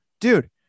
dude